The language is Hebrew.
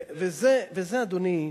וזה, אדוני,